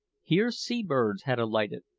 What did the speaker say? here sea-birds had alighted,